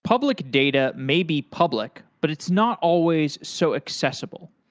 public data may be public but it's not always so accessible.